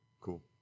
cool